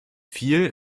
viel